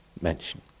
mention